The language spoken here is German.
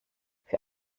für